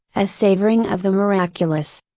as savoring of the miraculous.